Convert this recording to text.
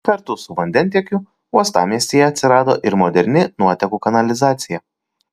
kartu su vandentiekiu uostamiestyje atsirado ir moderni nuotekų kanalizacija